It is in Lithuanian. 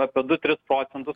apie du tris procentus